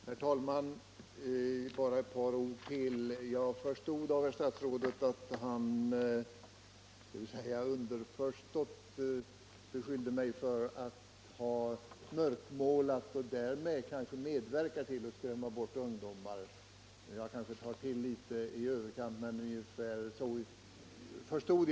Herr talman! Bara ett par ord till. Jag uppfattade herr statsrådets uttalande nyss så att han underförstått ville beskylla mig för att mörkmåla och därmed kanske medverka till att skrämma bort ungdomar. Ungefär så förstod jag det — kanske tar jag dock till litet i överkant när jag säger detta.